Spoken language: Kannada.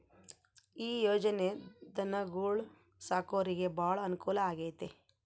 ಈ ಯೊಜನೆ ಧನುಗೊಳು ಸಾಕೊರಿಗೆ ಬಾಳ ಅನುಕೂಲ ಆಗ್ಯತೆ